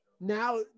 Now